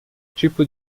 tipo